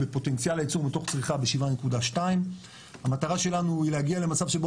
בפוטנציאל הייצור מתוך צריכה ב-7.2% המטרה שלנו היא להגיע למצב שבו